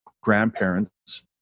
grandparents